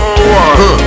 one